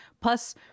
Plus